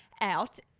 out